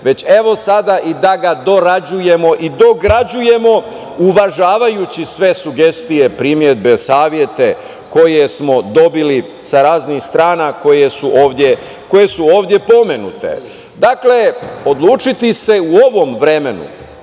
već evo sada i da ga dorađujemo i dograđujemo, uvažavajući sve sugestije, primedbe, savete koje smo dobili sa raznih strana koje su ovde pomenute. Dakle, odlučiti se u ovom vremenu